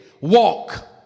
Walk